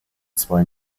zwei